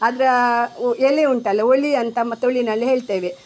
ಅದರ ಉ ಎಲೆ ಉಂಟಲ್ಲ ಒಳ್ಳಿ ಅಂತ ತುಳುನಲ್ಲಿ ಹೇಳ್ತೇವೆ